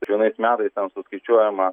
kvienais metai ten suskaičiuojama